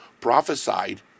prophesied